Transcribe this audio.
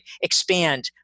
expand